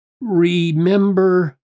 remember